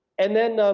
and then,